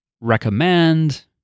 recommend